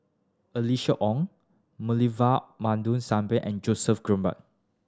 Alice Ong Moulavi Babu Sahib and Joseph Grimberg